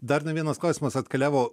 dar ne vienas klausimas atkeliavo